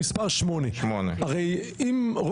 במקום 'על בסיס אחד משני אלה בלבד' יבוא 'לרבות אם הוכח כי